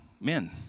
men